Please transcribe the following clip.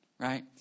Right